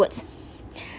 words